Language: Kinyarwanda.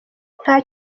nta